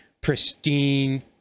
pristine